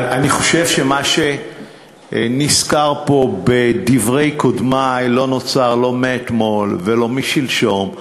אני חושב שמה שנזכר פה בדברי קודמי לא נוצר לא אתמול ולא שלשום,